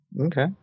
Okay